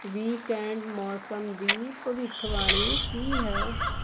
weekend ਮੌਸਮ ਦੀ ਭਵਿੱਖਬਾਣੀ ਕੀ ਹੈ